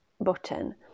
button